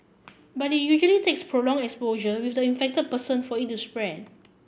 but it usually takes prolong exposure with the infected person for it to spread